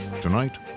Tonight